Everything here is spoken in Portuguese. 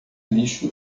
lixo